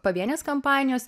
pavienės kampanijos